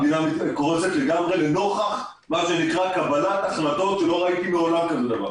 המדינה קורסת לגמרי נוכח קבלת החלטות שלא ראיתי מעולם כזה דבר.